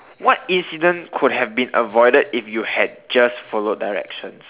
what incident could have been avoided if you had just followed directions